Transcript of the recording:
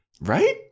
Right